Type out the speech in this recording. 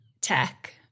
tech